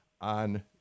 on